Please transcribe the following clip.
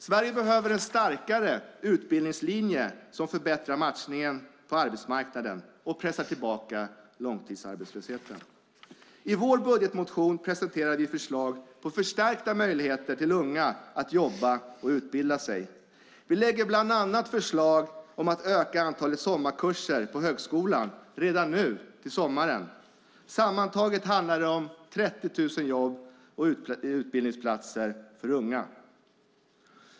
Sverige behöver en starkare utbildningslinje för att förbättra matchningen på arbetsmarknaden och pressa tillbaka långtidsarbetslösheten. I vår budgetmotion presenterar vi förslag till förstärkta möjligheter för unga att jobba och utbilda sig. Vi lägger bland annat fram förslag om en ökning av antalet sommarkurser på högskolan redan nu i sommar. Sammantaget handlar det om 30 000 jobb och utbildningsplatser för unga.